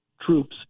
troops